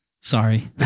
Sorry